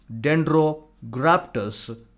dendrograptus